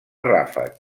ràfec